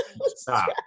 Stop